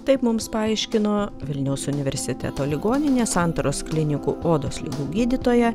taip mums paaiškino vilniaus universiteto ligoninės santaros klinikų odos ligų gydytoja